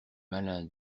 malin